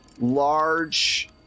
large